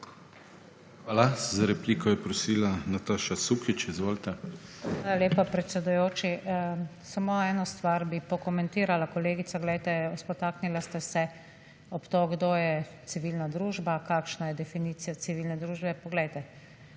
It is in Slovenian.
Hvala. Za repliko je prosila Nataša Sukič. Izvolite. **NATAŠA SUKIČ (PS Levica):** Hvala lepa, predsedujoči. Samo eno stvar bi pokomentirala. Kolegica, poglejte, spotaknila ste se ob to kdo je civilna družba, kakšna je definicija civilne družbe. Poglejte,